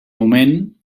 moment